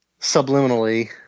subliminally